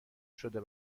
شده